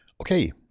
okay